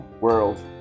world